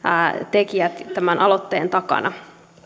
tekijät tämän aloitteen takana